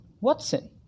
Watson